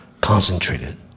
concentrated